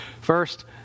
First